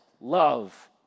Love